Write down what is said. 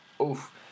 oof